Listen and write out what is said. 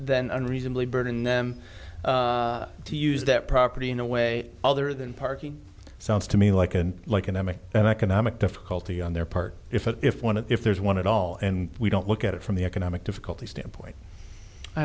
then unreasonably burden them to use that property in a way other than parking sounds to me like and like an m a and economic difficulty on their part if it if one of if there's one at all and we don't look at it from the economic difficulty standpoint i